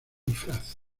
disfraz